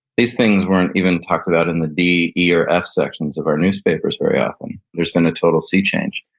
these things weren't even talked about in the d, e or f sections of our newspapers very often. there's been a total see change.